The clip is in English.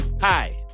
Hi